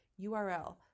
url